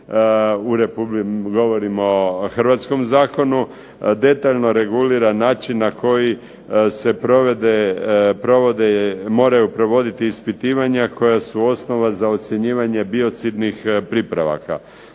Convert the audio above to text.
godine, govorimo o hrvatskom zakonu, detaljno regulira način na koji se moraju provoditi ispitivanja koja su osnova za ocjenjivanje biocidnim pripravaka.